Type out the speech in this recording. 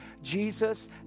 Jesus